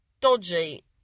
dodgy